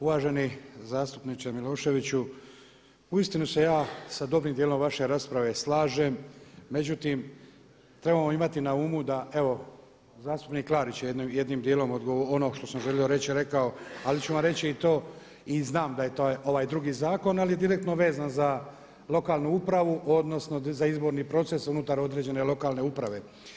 Uvaženi zastupniče Miloševiću uistinu se ja sa dobrim djelom vaše rasprave slažem, međutim trebamo imati na umu da evo zastupnik Klarić je jednim djelom, ono što sam želio reći rekao, ali ću vam reći i to i znam da je to ovaj drugi zakon ali je direktno vezan za lokalnu upravo, odnosno za izborni proces unutar određene lokalne uprave.